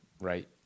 right